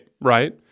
right